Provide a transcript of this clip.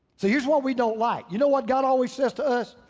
so here's what we don't like, you know what god always says to us?